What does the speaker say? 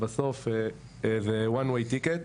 ובסוף זה one way ticket.